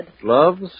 Gloves